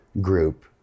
group